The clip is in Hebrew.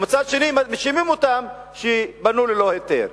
ומצד שני מאשימים אותם שהם בנו ללא היתר.